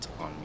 on